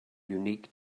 unique